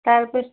তাৰপিছ